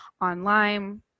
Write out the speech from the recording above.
online